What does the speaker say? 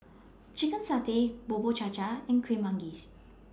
Chicken Satay Bubur Cha Cha and Kuih Manggis